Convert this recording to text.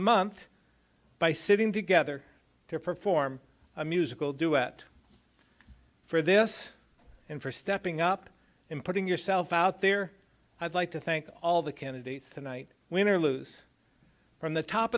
month by sitting together to perform a musical duet for this and for stepping up and putting yourself out there i'd like to thank all the kennedys tonight win or lose from the top